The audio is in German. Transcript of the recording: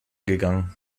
gegangen